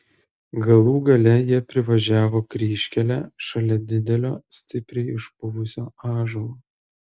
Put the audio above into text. galų gale jie privažiavo kryžkelę šalia didelio stipriai išpuvusio ąžuolo